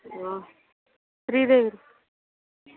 ಹ್ಞೂ